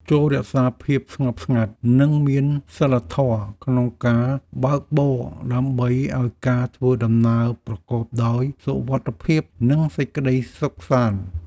ចូររក្សាភាពស្ងប់ស្ងាត់ និងមានសីលធម៌ក្នុងការបើកបរដើម្បីឱ្យការធ្វើដំណើរប្រកបដោយសុវត្ថិភាពនិងសេចក្តីសុខសាន្ត។